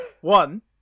One